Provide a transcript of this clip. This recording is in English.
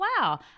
wow